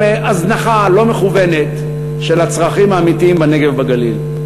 הזנחה לא מכוונת של הצרכים האמיתיים בנגב ובגליל.